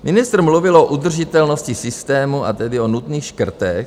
Ministr mluvil o udržitelnosti systému a tedy o nutných škrtech.